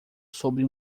sobre